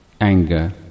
anger